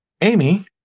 Amy